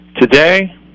today